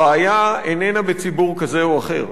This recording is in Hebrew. הבעיה איננה בציבור כזה או אחר,